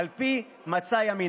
אינו נוכח יאיר גולן,